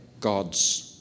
gods